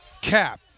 cap